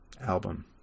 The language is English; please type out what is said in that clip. album